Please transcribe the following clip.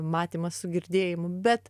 matymas su girdėjimu bet